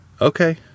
okay